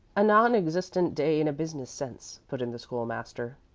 a non-existent day in a business sense, put in the school-master.